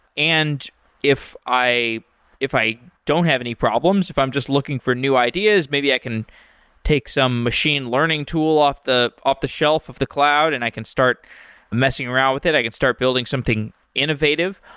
and if i if i don't have any problems, if i'm just looking for new ideas, maybe i can take some machine learning tool off the off the shelf of the cloud and i can start messing around with it. i can start building something innovative.